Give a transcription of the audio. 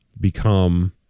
become